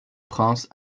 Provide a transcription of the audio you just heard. princes